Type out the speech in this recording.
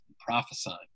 prophesying